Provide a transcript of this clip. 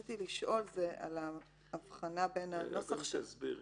שרציתי לשאול פה זה על ההבחנה -- קודם תסבירי.